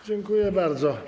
Dziękuję bardzo.